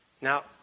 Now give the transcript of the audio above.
Now